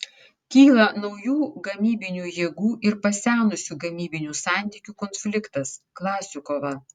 kyla naujų gamybinių jėgų ir pasenusių gamybinių santykių konfliktas klasių kova